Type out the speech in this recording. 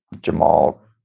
Jamal